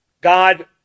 God